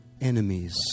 enemies